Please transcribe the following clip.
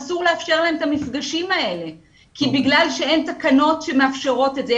אסור לאפשר להם את המפגשים האלה כי בגלל שאין תקנות שמאפשרות את זה,